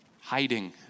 hiding